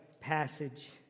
passage